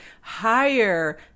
higher